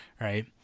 right